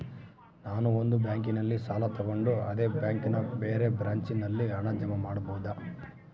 ನಾನು ಒಂದು ಬ್ಯಾಂಕಿನಲ್ಲಿ ಸಾಲ ತಗೊಂಡು ಅದೇ ಬ್ಯಾಂಕಿನ ಬೇರೆ ಬ್ರಾಂಚಿನಲ್ಲಿ ಹಣ ಜಮಾ ಮಾಡಬೋದ?